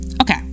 Okay